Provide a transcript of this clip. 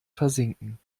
versinken